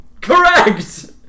Correct